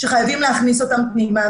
שחייבים להכניס אותם פנימה,